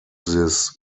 this